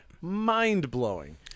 mind-blowing